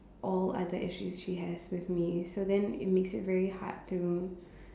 all other issues she has with me so then it makes it very hard to